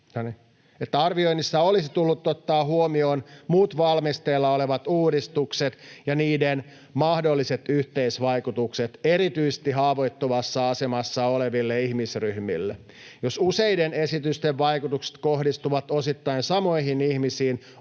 arvioinnissa olisi tullut ottaa huomioon muut valmisteilla olevat uudistukset ja niiden mahdolliset yhteisvaikutukset erityisesti haavoittuvassa asemassa oleville ihmisryhmille. Jos useiden esitysten vaikutukset kohdistuvat osittain samoihin ihmisiin,